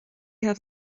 have